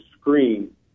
screen